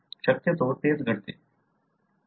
शक्यतो हेच घडते